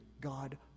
God